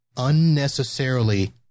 unnecessarily